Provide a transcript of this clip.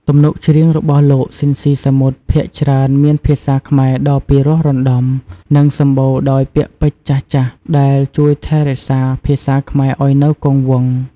ទំនុកច្រៀងរបស់លោក ស៊ីន ស៊ីសាមុត ភាគច្រើនមានភាសាខ្មែរដ៏ពីរោះរណ្ដំ និងសម្បូរដោយពាក្យពេចន៍ចាស់ៗ ដែលជួយថែរក្សាភាសាខ្មែរឱ្យនៅគង់វង្ស ។